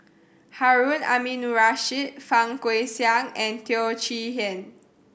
Harun Aminurrashid Fang Guixiang and Teo Chee Hean